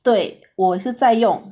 对我是在用